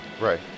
Right